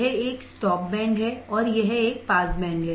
यह एक stop band है और यह एक पास बैंड है